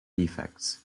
defects